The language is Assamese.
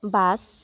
বাছ